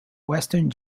western